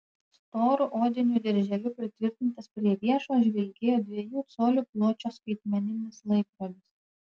storu odiniu dirželiu pritvirtintas prie riešo žvilgėjo dviejų colių pločio skaitmeninis laikrodis